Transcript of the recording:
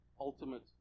ultimate